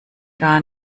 gar